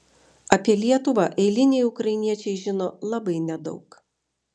apie lietuvą eiliniai ukrainiečiai žino labai nedaug